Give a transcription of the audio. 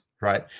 right